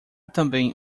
também